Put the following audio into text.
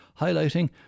highlighting